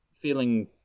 feeling